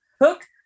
hook